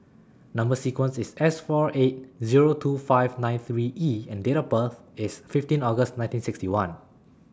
Number sequence IS S four eight Zero two five nine three E and Date of birth IS fifteen August nineteen sixty one